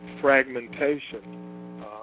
fragmentation